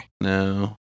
No